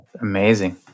Amazing